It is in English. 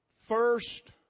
first